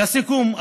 לסיכום,